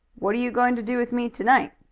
what are you going to do with me to-night?